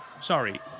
Sorry